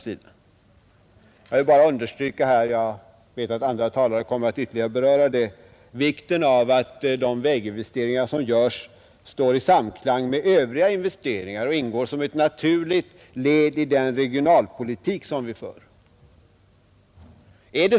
Jag vill nu endast understryka — jag vet att andra talare ytterligare kommer att beröra saken — vikten av att de väginvesteringar som görs står i samklang med övriga investeringar och ingår som ett naturligt led i den regionalpolitik som vi för.